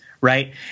right